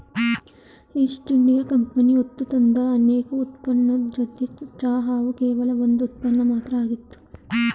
East India company ಹೊತ್ತುತಂದ ಅನೇಕ ಉತ್ಪನ್ನದ್ ಜೊತೆ ಚಹಾವು ಕೇವಲ ಒಂದ್ ಉತ್ಪನ್ನ ಮಾತ್ರ ಆಗಿತ್ತು